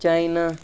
China